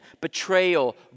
betrayal